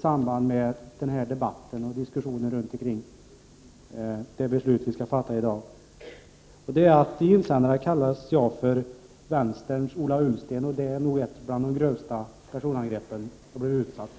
samband med denna debatt och diskussionen kring det beslut vi skall fatta i dag. I insändaren kallades jag för vänsterns Ola Ullsten. Det är nog ett bland de grövsta personangrepp jag har blivit utsatt för.